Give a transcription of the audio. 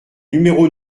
numéro